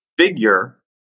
figure